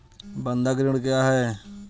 बंधक ऋण क्या है?